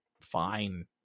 fine